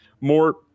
more